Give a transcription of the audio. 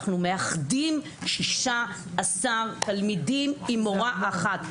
אנחנו מאחדים 16 תלמידים עם מורה אחת.